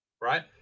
right